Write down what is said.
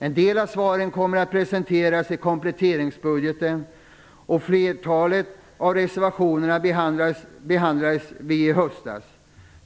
En del av svaren kommer att presenteras i kompletteringspropositionen, och ett flertal av reservationerna behandlades i höstas.